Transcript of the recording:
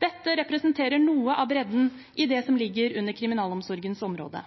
Dette representerer noe av bredden i det som ligger under kriminalomsorgens område.